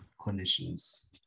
clinicians